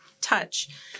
touch